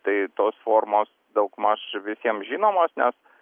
tai tos formos daugmaž visiem žinomos nes